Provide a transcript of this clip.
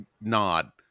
nod